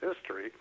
history